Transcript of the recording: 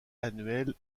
annuel